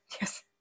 Yes